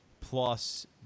plus